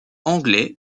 anglais